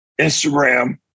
Instagram